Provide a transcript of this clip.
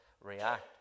react